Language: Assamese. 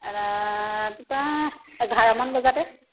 ৰাতিপুৱা এঘাৰমান বজাতে